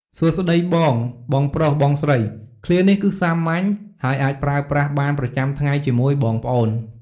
"សួស្ដីបង បងប្រុស បងស្រី!" ឃ្លានេះគឺសាមញ្ញ ហើយអាចប្រើប្រាស់បានប្រចាំថ្ងៃជាមួយបងប្អូន។